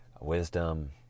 wisdom